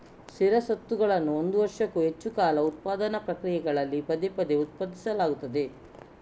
ಸ್ಥಿರ ಸ್ವತ್ತುಗಳನ್ನು ಒಂದು ವರ್ಷಕ್ಕೂ ಹೆಚ್ಚು ಕಾಲ ಉತ್ಪಾದನಾ ಪ್ರಕ್ರಿಯೆಗಳಲ್ಲಿ ಪದೇ ಪದೇ ಉತ್ಪಾದಿಸಲಾಗುತ್ತದೆ